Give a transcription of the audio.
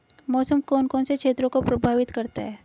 मौसम कौन कौन से क्षेत्रों को प्रभावित करता है?